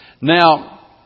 Now